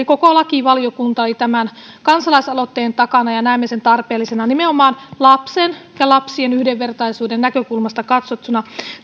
koko lakivaliokunta oli tämän kansalaisaloitteen takana ja näemme sen tarpeellisena nimenomaan lapsen ja lapsien yhdenvertaisuuden näkökulmasta katsottuna